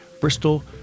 Bristol